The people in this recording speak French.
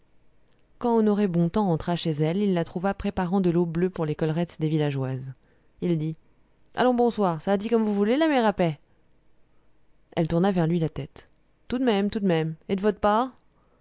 quand honoré bontemps entra chez elle il la trouva préparant de l'eau bleue pour les collerettes des villageoises il dit allons bonsoir ça va-t-il comme vous voulez la mé rapet elle tourna vers lui la tête tout d'même tout d'même et d'vot part